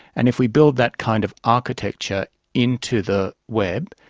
and if we build that kind of architecture into the web,